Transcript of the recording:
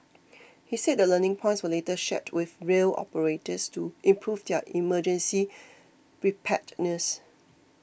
he said the learning points were later shared with rail operators to improve their emergency preparedness